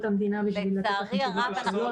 המדינה בשביל לתת לכם תשובות לשאלות,